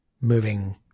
moving